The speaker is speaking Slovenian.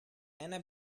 ena